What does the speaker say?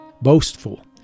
boastful